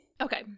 Okay